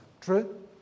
True